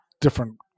different